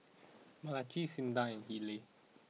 Malachi Cinda and Haylie